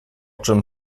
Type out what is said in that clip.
czym